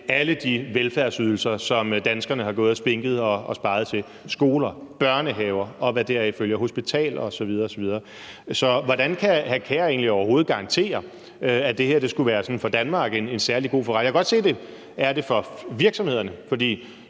alle de velfærdsydelser, som danskerne har gået og spinket og sparet til – skoler, børnehaver, og hvad deraf følger, hospitaler osv. osv.? Så hvordan kan hr. Kasper Sand Kjær egentlig overhovedet garantere, at det her skulle være sådan en særlig god forretning for Danmark? Jeg kan godt se, at det er det for virksomhederne, for